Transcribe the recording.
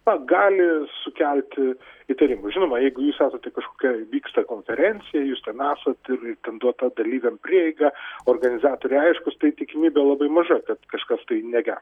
na gali sukelti įtarimų žinoma jeigu jūs esate kažkokia vyksta konferencija jūs ten esat ir ten duota dalyviam prieiga organizatoriai aiškūs tai tikimybė labai maža kad kažkas tai negera